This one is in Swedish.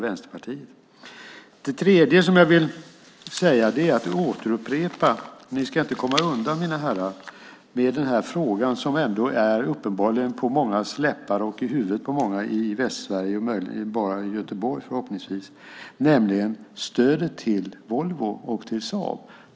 Det tredje som jag vill säga är, vilket upprepas: Ni ska inte, mina herrar, komma undan den fråga som uppenbarligen är på mångas läppar och i mångas huvud i Västsverige, eller möjligen och förhoppningsvis bara i Göteborg, nämligen den om stödet till Volvo och Saab.